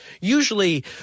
usually